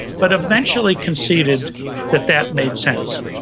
but eventually conceded that that made sense.